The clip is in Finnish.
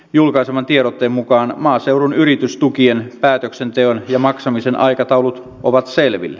julkaiseman tiedotteen mukaan maaseudun yritystukien päätöksenteon ja maksamisen aikataulut ovat selvillä